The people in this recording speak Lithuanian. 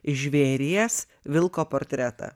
žvėries vilko portretą